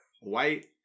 white